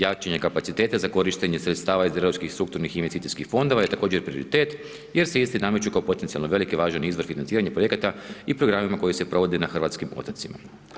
Jačanje kapaciteta za korištenje sredstava iz europskih strukturnih investicijskih fondova je također prioritet jer se isti nameću kao potencijalno veliki i važan izvor financiranja projekata i programima koji se provode na hrvatskim otocima.